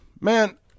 Man